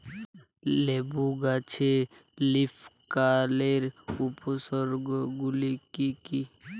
লেবু গাছে লীফকার্লের উপসর্গ গুলি কি কী?